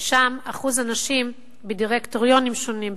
ששם שיעור הנשים בדירקטוריונים שונים,